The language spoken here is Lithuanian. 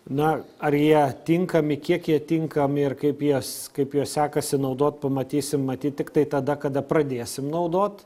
na ar jie tinkami kiek jie tinkami ir kaip jas kaip juos sekasi naudot pamatysim matyt tiktai tada kada pradėsim naudot